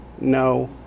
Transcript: no